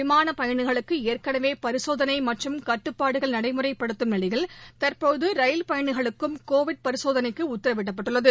விமானபயணிகளுக்குஏற்கனவேபரிசோதனைகட்டுப்பாடுகள் நடைமுறைப்படுத்தும் நிலையில் தற்போதரயில் பயணிகளுக்கும் கோவிட் பரிசோதனைக்குஉத்தரவிடப்பட்டுள்ளது